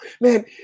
man